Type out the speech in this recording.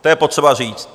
To je potřeba říct.